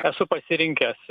esu pasirinkęs